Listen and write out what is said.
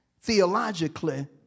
theologically